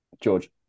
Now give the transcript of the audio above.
George